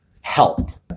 helped